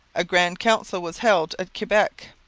a grand council was held at quebec.